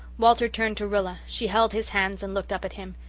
walter turned to rilla she held his hands and looked up at him.